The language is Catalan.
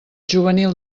juvenil